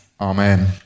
Amen